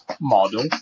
model